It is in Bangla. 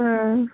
হ্যাঁ